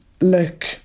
look